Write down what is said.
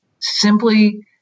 simply